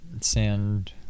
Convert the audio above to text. Sand